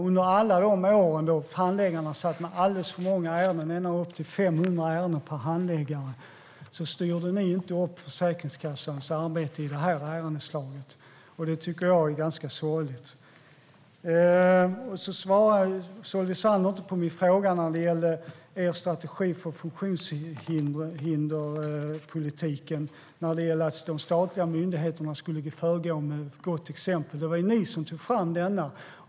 Under alla de år då handläggarna satt med alldeles för många ärenden, ända upp till 500 ärenden per handläggare, styrde ni inte upp Försäkringskassans arbete med det här ärendeslaget, och det tycker jag är ganska sorgligt. Solveig Zander! Du svarade inte på min fråga om den strategi för funktionshinderspolitiken som ni tog fram. De statliga myndigheterna skulle föregå med gott exempel.